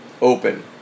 open